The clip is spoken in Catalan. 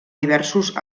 diversos